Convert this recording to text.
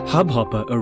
Hubhopper